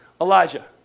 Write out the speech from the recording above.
Elijah